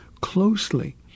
closely